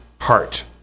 heart